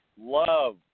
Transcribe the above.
love